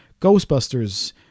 Ghostbusters